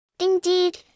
Indeed